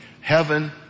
Heaven